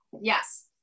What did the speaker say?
Yes